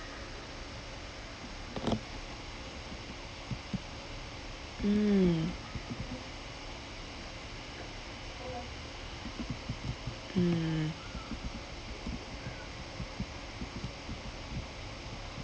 mm mm